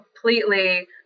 completely